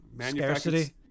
scarcity